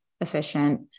efficient